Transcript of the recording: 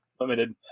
Limited